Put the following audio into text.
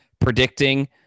predicting